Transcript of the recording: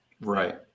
right